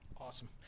Awesome